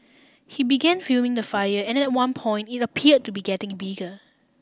he began filming the fire and at one point it appear to be getting bigger